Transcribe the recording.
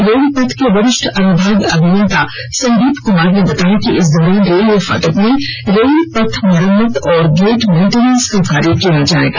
रेलपथ के वरिष्ठ अनुभाग अभियंता संदीप कुमार ने बताया कि इस दौरान रेलवे फाटक में रेल पथ मरम्मत और गेट मेंटेनेस का कार्य किया जाएगा